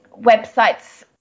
websites